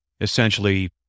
essentially